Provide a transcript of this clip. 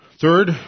Third